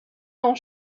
ans